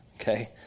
okay